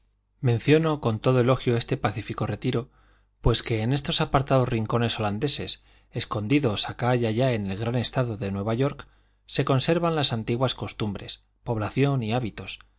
menciono con todo elogio este pacífico retiro pues que en estos apartados rincones holandeses escondidos acá y allá en el gran estado de nueva york se conservan las antiguas costumbres población y hábitos